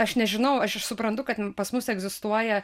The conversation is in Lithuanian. aš nežinau aš ir suprantu kad pas mus egzistuoja